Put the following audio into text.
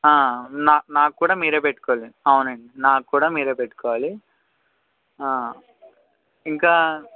నా నాకు కూడా మీరే పెట్టుకోవాలండి అవునండి నాకు కూడా మీరే పెట్టుకోవాలి ఇంకా